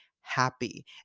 happy